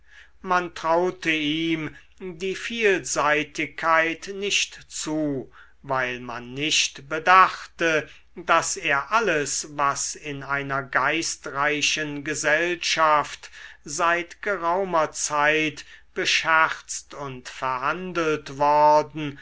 man traute ihm die vielseitigkeit nicht zu weil man nicht bedachte daß er alles was in einer geistreichen gesellschaft seit geraumer zeit bescherzt und verhandelt worden